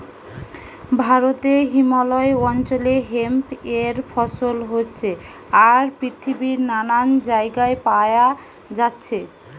ভারতে হিমালয় অঞ্চলে হেম্প এর ফসল হচ্ছে আর পৃথিবীর নানান জাগায় পায়া যাচ্ছে